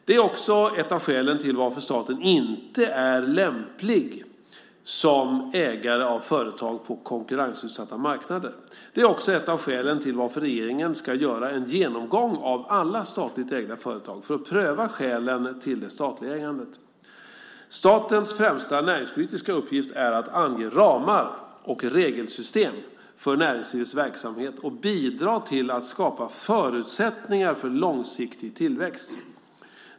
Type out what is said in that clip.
Det är ett av skälen till att staten inte är lämplig som ägare av företag på konkurrensutsatta marknader. Det är också ett av skälen till att regeringen ska göra en genomgång av alla statligt ägda företag för att pröva skälen till det statliga ägandet. Statens främsta näringspolitiska uppgift är att ange ramar och regelsystem för näringslivets verksamhet och att bidra till att skapa förutsättningar för långsiktig tillväxt.